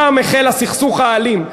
שם החל הסכסוך האלים.